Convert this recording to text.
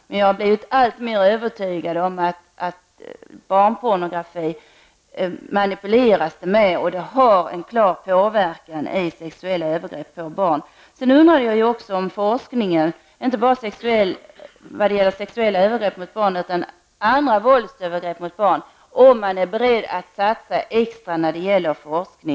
Men jag blir alltmer övertygad om att barnpornografi manipuleras och har en klar påverkan när det gäller sexuella övergrepp mot barn. Sedan undrar jag om man är beredd att satsa extra på forskning -- inte bara när det gäller sexuella övergrepp mot barn utan även andra våldsövergrepp mot barn.